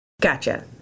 Gotcha